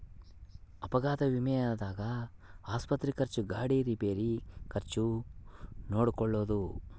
ಅಪಘಾತ ವಿಮೆದಾಗ ಆಸ್ಪತ್ರೆ ಖರ್ಚು ಗಾಡಿ ರಿಪೇರಿ ಖರ್ಚು ನೋಡ್ಕೊಳೊದು